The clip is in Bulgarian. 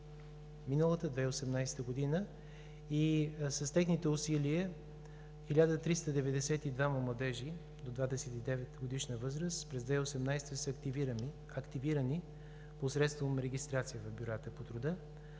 миналата 2018 г. С техните усилия 1392 младежи до 29-годишна възраст през 2018 г. са активирани посредством регистрация в бюрата по труда.